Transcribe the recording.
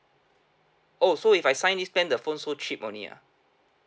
oh so if I sign this plan the phone so cheap only ah